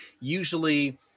usually